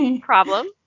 problem